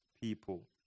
people